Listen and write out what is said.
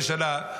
אמרתי לו: 75 שנה,